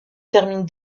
terminent